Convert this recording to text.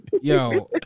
yo